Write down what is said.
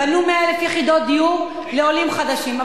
בנו 100,000 יחידות דיור לעולים חדשים.